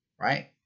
right